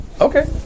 Okay